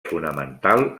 fonamental